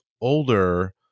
older